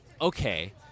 okay